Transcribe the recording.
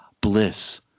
bliss